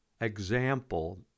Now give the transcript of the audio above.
example